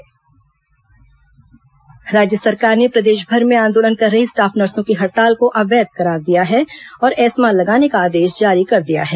nurse हड़ताल राज्य सरकार ने प्रदेशभर में आंदोलन कर रही स्टाफ नर्सो की हड़ताल को अवैध करार दिया है और एस्मा लगाने का आदेश जारी कर दिया है